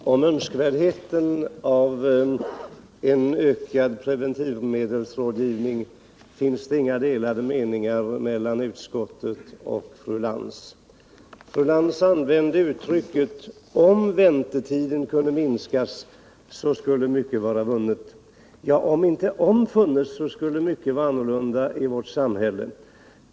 Herr talman! Om önskvärdheten av en ökad preventivmedelsrådgivning finns det inga delade meningar mellan utskottet och fru Lantz. Fru Lantz använde uttrycket ”om väntetiden kunde minskas så skulle mycket vara vunnet”. Ja, om inte om funnits skulle mycket vara annorlunda i vårt samhälle.